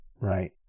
right